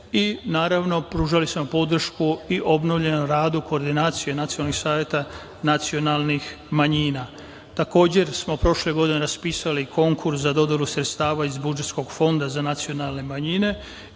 i, naravno, pružali smo podršku i obnovljenom radu koordinacije nacionalnih saveta nacionalnih manjina. Takođe, prošle godine smo raspisali konkurs za dodelu sredstava iz budžetskog fonda za nacionalne manjine